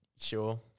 Sure